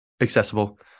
accessible